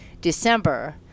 December